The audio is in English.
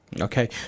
Okay